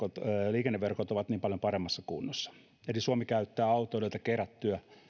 liikenneverkot ovat niin paljon paremmassa kunnossa suomi käyttää autoilijoilta kerättyjä